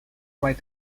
write